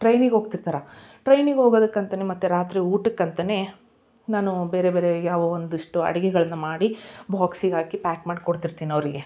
ಟ್ರೈನಿಗೆ ಹೋಗ್ತಿರ್ತಾರೆ ಟ್ರೈನಿಗೆ ಹೋಗೋದಕ್ಕೆ ಅಂತಲೇ ಮತ್ತು ರಾತ್ರಿ ಊಟಕ್ಕೆ ಅಂತಲೇ ನಾನು ಬೇರೆ ಬೇರೆ ಯಾವ ಒಂದಿಷ್ಟು ಅಡುಗೆಗಳನ್ನ ಮಾಡಿ ಬಾಕ್ಸಿಗೆ ಹಾಕಿ ಪ್ಯಾಕ್ ಮಾಡಿ ಕೊಡ್ತಿರ್ತೀನಿ ಅವರಿಗೆ